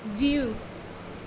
जीउ